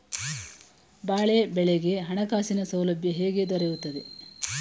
ಬಾಳೆ ಬೆಳೆಗೆ ಹಣಕಾಸಿನ ಸೌಲಭ್ಯ ಹೇಗೆ ದೊರೆಯುತ್ತದೆ?